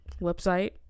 website